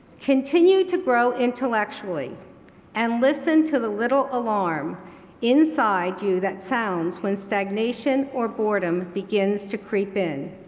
continue to grow intellectually and listen to the little alarm inside you that sounds when stagnation or boredom begins to creep in.